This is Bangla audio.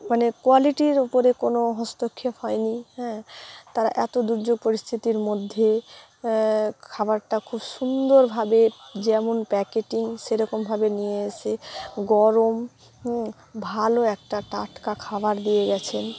মানে কোয়ালিটির ও উপরে কোনো হস্তক্ষেপ হয়নি হ্যাঁ এতো দুর্যোগ পরিস্থিতির মধ্যে খাবারটা খুব সুন্দরভাবে যেমন প্যাকেটিং সেরকমভাবে নিয়ে এসে গরম ভালো একটা টাটকা খাবার দিয়ে গেছেন